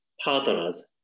partners